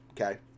Okay